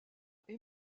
est